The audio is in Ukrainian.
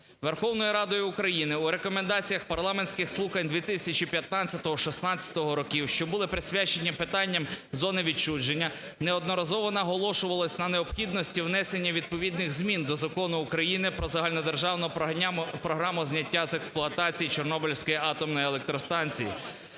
Верховною Радою України у рекомендаціях парламентських слухань 2015-2016 років, що були присвячені питанням зони відчуження, неодноразово наголошувалось на необхідності внесення відповідних змін до Закону України про Загальнодержавну програму зняття з експлуатації Чорнобильської атомної електростанції